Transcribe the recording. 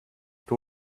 two